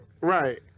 Right